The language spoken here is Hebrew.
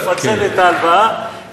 לפצל את ההלוואה,